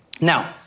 Now